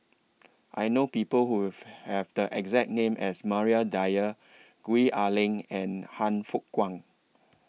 I know People Who Have The exact name as Maria Dyer Gwee Ah Leng and Han Fook Kwang